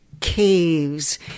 caves